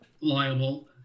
liable